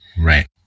Right